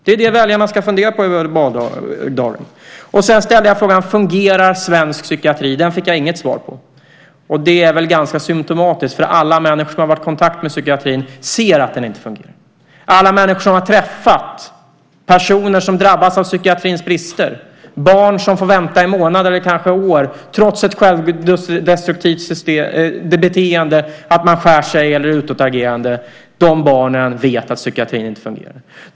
Det är det väljarna ska fundera på fram till valdagen. Sedan ställde jag frågan: Fungerar svensk psykiatri? Den fick jag inget svar på. Det är väl ganska symtomatiskt. Alla människor som har varit i kontakt med psykiatrin ser att den inte fungerar. Alla människor som har träffat personer som har drabbats av psykiatrins brister och alla barn som får vänta i månader eller kanske år trots ett självdestruktivt beteende, att man skär sig eller är utagerande, vet att psykiatrin inte fungerar.